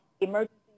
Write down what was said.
emergency